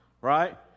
right